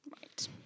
Right